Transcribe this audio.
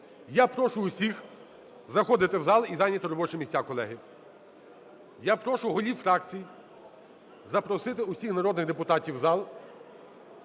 я прошу всіх заходити в зал і зайняти робочі місця, колеги. Я прошу голів фракцій запросити всіх народних депутатів у зал